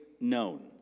known